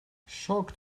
shocked